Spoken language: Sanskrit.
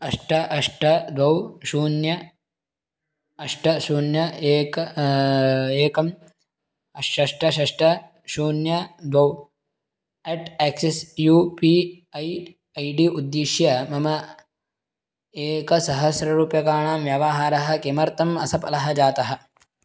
अष्ट अष्ट द्वौ शून्यम् अष्ट शून्यम् एकम् एकं षष्ट षष्ट शून्यं द्वौ at Axis U P I I D उद्दिश्य मम एकसहस्ररूप्यकाणां व्यवहारः किमर्थम् असफलः जातः